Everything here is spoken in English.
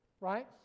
right